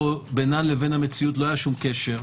שביניהן לבין המציאות לא היה שום קשר,